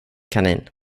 kanin